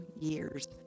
years